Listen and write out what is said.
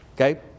okay